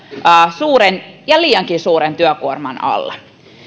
suuren ja liiankin suuren työkuorman alla